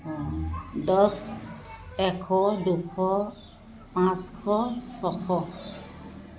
দহ এশ দুশ পাঁচশ ছশ